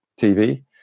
tv